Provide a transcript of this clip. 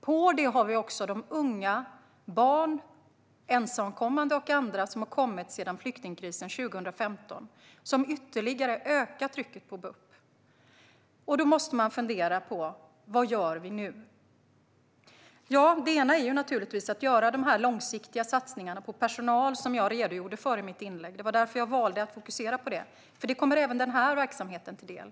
På detta finns de ensamkommande barn och andra som har kommit sedan flyktingkrisen 2015. De har ytterligare ökat trycket på BUP. Vad gör vi nu? En sådan sak är naturligtvis att göra de långsiktiga satsningarna på personal, som jag redogjorde för i mitt inlägg. Det är därför jag valde att fokusera på den saken. Det kommer även den här verksamheten till del.